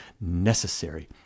necessary